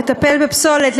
לטפל בפסולת,